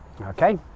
Okay